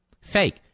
Fake